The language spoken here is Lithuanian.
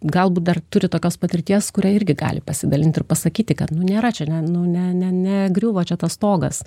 galbūt dar turi tokios patirties kurią irgi gali pasidalint ir pasakyti kad nu nėra čia ne nu ne negriuvo čia tas stogas